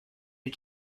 did